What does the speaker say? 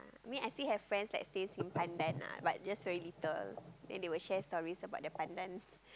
me I still have friends that stays in pandan ah but just very little then they will share story about their pandan